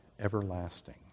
everlasting